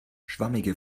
schwammige